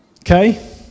okay